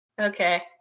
Okay